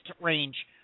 range